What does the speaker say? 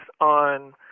on